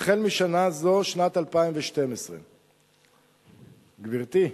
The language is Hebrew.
החל בשנה זו, שנת 2012. גברתי,